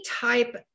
type